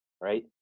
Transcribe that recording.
Right